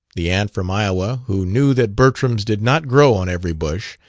the aunt from iowa, who knew that bertrams did not grow on every bush,